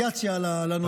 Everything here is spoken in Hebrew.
איזושהי וריאציה על הנושא.